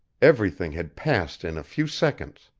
everything had passed in a few seconds.